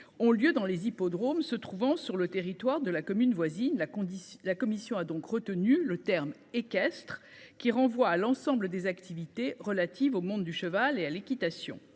ont lieu dans les hippodromes se trouvant sur le territoire de la commune voisine. La condition, la commission a donc retenu le terme équestre qui renvoie à l'ensemble des activités relatives au monde du cheval et à l'équitation.